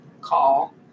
call